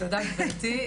תודה גברתי.